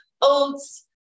oats